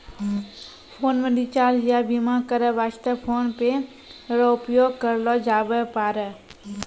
phone मे recharge या बीमा करै वास्ते फोन पे रो उपयोग करलो जाबै पारै